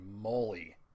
moly